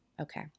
okay